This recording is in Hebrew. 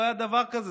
לא היה דבר כזה.